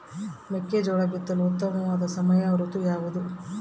ಮೆಕ್ಕೆಜೋಳ ಬಿತ್ತಲು ಉತ್ತಮವಾದ ಸಮಯ ಋತು ಯಾವುದು?